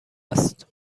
است